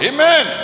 Amen